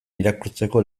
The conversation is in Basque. irakurtzeko